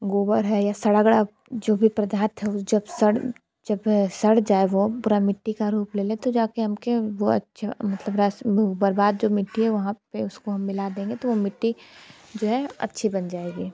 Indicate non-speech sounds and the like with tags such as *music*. गोबर है या सड़ा गला जो भी प्रदार्थ है वो जब सड़ जब सड़ जाए वो पूरी मिट्टी का रूप ले ले तो जा के हम को वो अच्छे मतलब *unintelligible* बर्बाद जो मिट्टी है वहाँ पर उसको हम मिला देंगे तो वो मिट्टी जो है अच्छी बन जाएगी